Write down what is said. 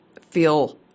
feel